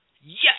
yes